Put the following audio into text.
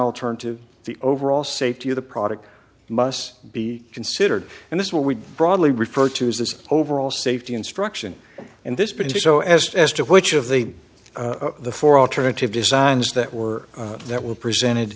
alternative the overall safety of the product must be considered and this what we broadly refer to as this overall safety instruction and this but to show as as to which of the the four alternative designs that were that were presented